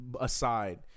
aside